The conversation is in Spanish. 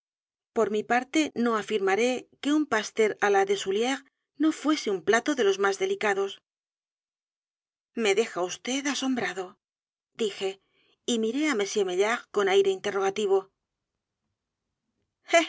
r mi parte no afirmaré que un pastel a la el doctor brea v el profesor pluma deshouliéres no fuese un plato de ios más delicados me deja vd asombrado dije y miré á m maillard con aire interrogativo